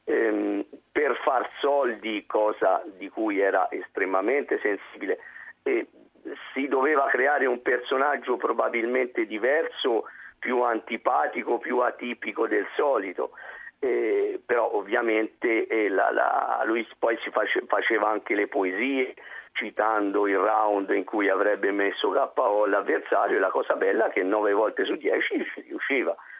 ehm, per far soldi, cosa di cui era estremamente sensibile. E si doveva creare un personaggio probabilmente diverso, più antipatico, più atipico del solito. Eh, però ovviamente, eh, la- la- lui s- poi si face- faceva anche le poesie, citando il round in cui avrebbe messo K.O. l'avversario. E la cosa bella è che nove volte su 10 ci riusciva.